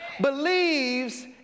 believes